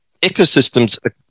ecosystems